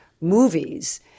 movies